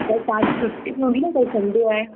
कल्ह तव्हांजी छुटी बि हूंदी न कल्ह संडे आहे